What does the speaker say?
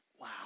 Wow